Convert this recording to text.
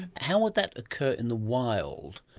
how would that occur in the wild?